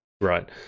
Right